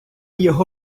його